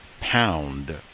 pound